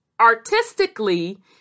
artistically